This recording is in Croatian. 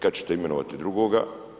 Kad ćete imenovati drugoga?